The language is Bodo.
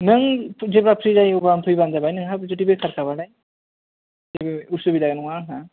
नों जेब्ला फ्रि जायो अब्लानो फैबानो जाबाय जुदि नोंहाबो बेखारखाबालाय जेबो उसुबिदा नङा आंहा